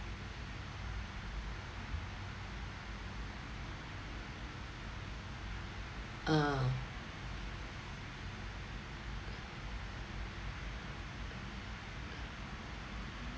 uh